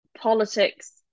politics